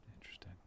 interesting